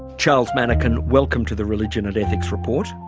charles manekin welcome to the religion and ethics report.